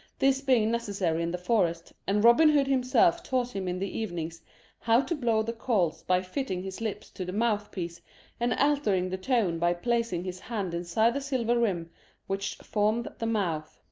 this being necessary in the forest, and robin hood himself taught him in the evenings how to blow the calls by fitting his lips to the mouthpiece and altering the tone by placing his hand inside the silver rim which formed the mouth.